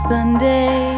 Sunday